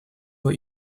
what